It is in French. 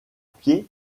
pied